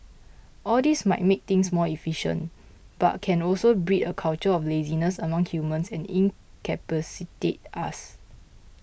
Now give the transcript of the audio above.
all this might make things more efficient but can also breed a culture of laziness among humans and incapacitate us